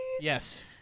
Yes